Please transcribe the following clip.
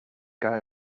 guy